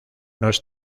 nos